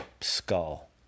skull